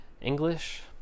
English